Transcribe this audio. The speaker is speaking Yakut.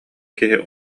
киһи